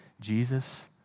Jesus